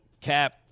Cap